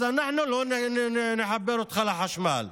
אז אנחנו לא נחבר אותך לחשמל.